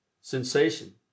sensation